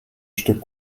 stück